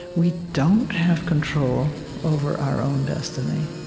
we don't have control over our own destiny.